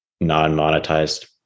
non-monetized